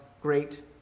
great